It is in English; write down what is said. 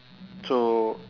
so